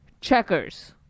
checkers